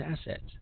assets